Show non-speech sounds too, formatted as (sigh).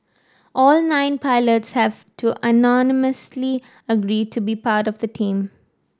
all nine pilots have to (unintelligible) agree to be part of the team